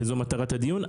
זו מטרת הדיון.